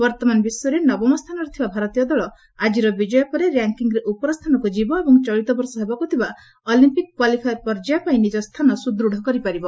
ବର୍ତ୍ତମାନ ବିଶ୍ୱରେ ନବମ ସ୍ଥାନରେ ଥିବା ଭାରତୀୟ ଦଳ ଆଜିର ବିଜୟ ପରେ ର୍ୟାଙ୍କିଙ୍ଗ୍ରେ ଉପର ସ୍ଥାନକୁ ଯିବ ଏବଂ ଚଳିତ ବର୍ଷ ହେବାକୁ ଥିବା ଅଲମ୍ପିକ୍ କ୍ୱାଲିଫାୟର୍ ପର୍ଯ୍ୟାୟ ପାଇଁ ନିକ ସ୍ଥାନ ସୁଦୃତ୍ କରିପାରିବ